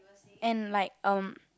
and like um